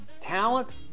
Talent